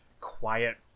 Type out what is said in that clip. quiet